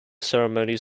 ceremonies